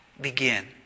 begin